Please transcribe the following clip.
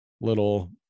little